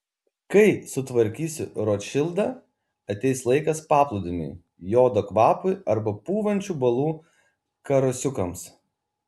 kai sutvarkysiu rotšildą ateis laikas paplūdimiui jodo kvapui arba pūvančių balų karosiukams